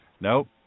nope